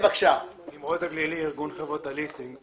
נמרוד הגלילי, ארגון חברות הליסינג.